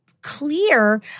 clear